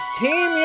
Team